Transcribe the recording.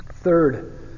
Third